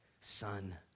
son